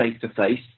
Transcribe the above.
face-to-face